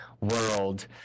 world